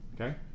Okay